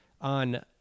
on